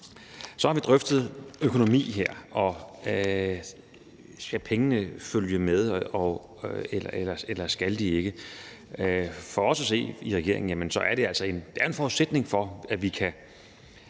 Så har vi drøftet økonomi her. Skal pengene følge med, eller skal de ikke? For os at se i regeringen er det en forudsætning for, at vi kan